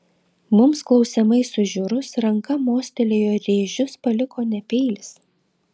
mums klausiamai sužiurus ranka mostelėjo rėžius paliko ne peilis